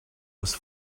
was